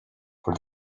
for